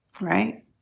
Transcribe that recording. Right